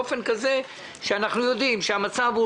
באופן כזה שאנחנו יודעים שבשל המצב,